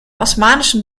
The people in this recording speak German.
osmanischen